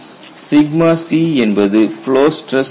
c என்பது flow stress ஆகும்